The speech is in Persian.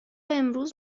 امروز